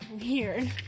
weird